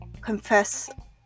confess